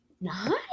Nice